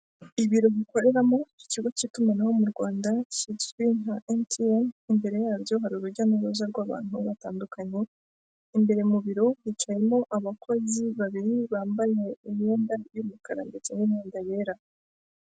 Ibiro bikoreramo iki kigo cy'itumanaho mu Rwanda kizwi nka emutiyene, imbere yabyo hari urujya n'uruza rw'abantu batandukanye, imbere mu biro hicayemo abakozi babiri bambaye imyenda y'umukara ndetse n'imyenda yera.